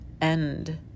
end